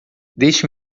deixe